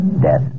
death